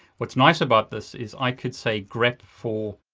what's nice about this is i could say grep for,